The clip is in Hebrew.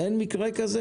אין מקרה כזה?